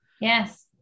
Yes